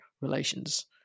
relations